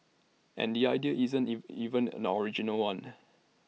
and the idea isn't if even an original one